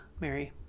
Mary